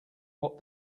what